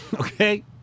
Okay